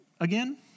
again